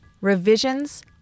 revisions